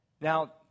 Now